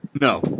No